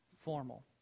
formal